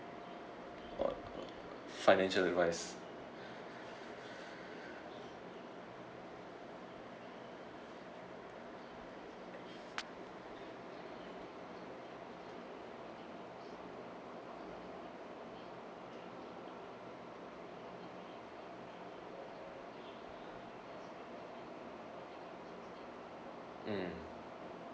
or financial advice mm